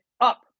up